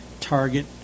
target